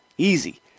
Easy